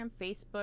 Facebook